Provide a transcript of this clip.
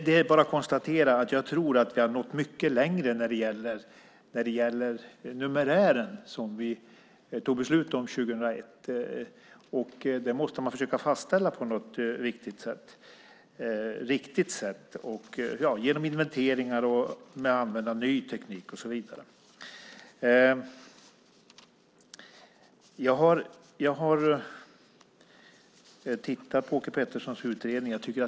Det är bara att konstatera att jag tror att vi har nått mycket längre när det gäller numerären som vi tog beslut om 2001. Det måste man försöka fastställa på något riktigt sätt, som genom inventeringar och genom att använda ny teknik och så vidare. Jag har tittat på Åke Petterssons utredning.